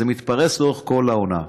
זה מתפרס לאורך כל העונה.